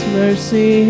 mercy